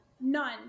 none